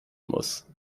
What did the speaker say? muss